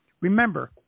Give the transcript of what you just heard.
remember